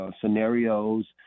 scenarios